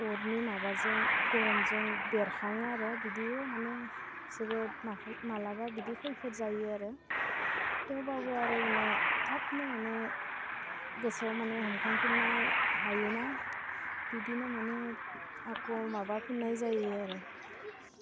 अरनि माबाजों गर'मजों बेरखाङो आरो बिदिबो माने जोबोद मालाबा बिदि खैफोद जायो आरो थेवबाबो आरो उनाव थाबनो माने गोसोआव माने हमखां फिन्नाय हायोना बिदिनो माने आरो माबाफिन्नाय जायो आरो